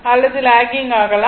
அல்லது லாகிங் ஆகலாம்